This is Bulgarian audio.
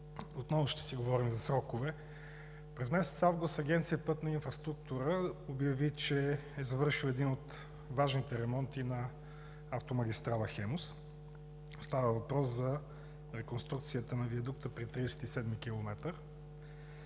отново ще си говорим за срокове. През месец август Агенция „Пътна инфраструктура“ обяви, че е завършила един от важните ремонти на автомагистрала „Хемус“. Става въпрос за реконструкцията на виадукта при 37-и